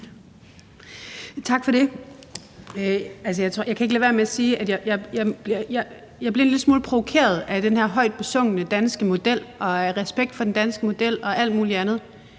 Tak for det. Jeg kan ikke lade være med at sige, at jeg blev en lille smule provokeret over det her med den her højt besungne danske model, respekt for den danske model og alt muligt andet,